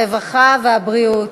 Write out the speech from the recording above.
הרווחה והבריאות.